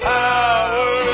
power